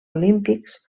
olímpics